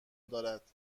دارد